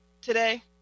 today